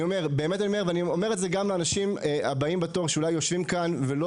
אני אומר את זה גם לאנשים הבאים בתור שאולי יושבים כאן ולא